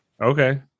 okay